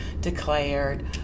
declared